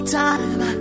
time